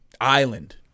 island